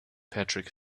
patrick